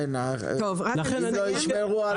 אם לא ישמרו על